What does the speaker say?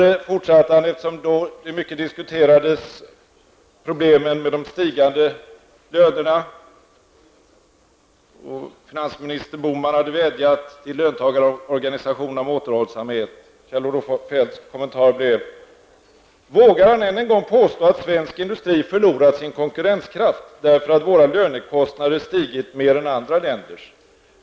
Eftersom problemen med de stigande lönerna då diskuterades mycket, hade finansminister Bohman vädjat till löntagarorganisationerna om återhållsamhet. Kjell-Olof Feldts kommentar blev: Vågar han än en gång påstå att svensk industri förlorat sin konkurrenskraft därför att våra lönekostnader stigit mer än andra länders?